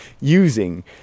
using